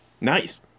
Nice